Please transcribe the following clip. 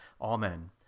Amen